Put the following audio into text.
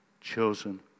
chosen